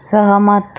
सहमत